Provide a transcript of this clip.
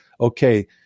Okay